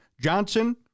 Johnson